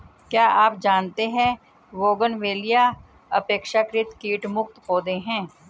क्या आप जानते है बोगनवेलिया अपेक्षाकृत कीट मुक्त पौधे हैं?